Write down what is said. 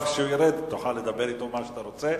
כשהוא ירד תוכל לדבר אתו מה שהוא רוצה,